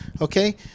Okay